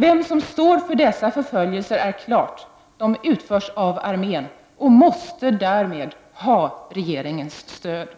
Vem som står för dessa förföljelser är helt klart: de utförs av armén och måste därmed ha regeringens stöd.